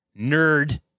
nerd